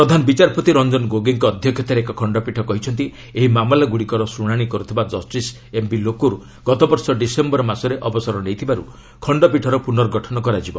ପ୍ରଧାନ ବିଚାରପତି ରଞ୍ଜନ ଗୋଗୋଇଙ୍କ ଅଧ୍ୟକ୍ଷତାରେ ଏକ ଖଣ୍ଡପୀଠ କହିଛନ୍ତି ଏହି ମାମଲାଗୁଡ଼ିକର ଶୁଣାଣି କର୍ଥିବା ଜଷ୍ଟିସ୍ ଏମ୍ବି ଲୋକୁର୍ ଗତବର୍ଷ ଡିସେମ୍ବର ମାସରେ ଅବସର ନେଇଥିବାରୁ ଖଣ୍ଡପୀଠର ପୁନର୍ଗଠନ କରାଯିବ